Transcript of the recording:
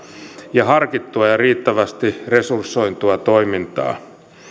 ja harkittua ja riittävästi resursoitua toimintaa